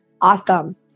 awesome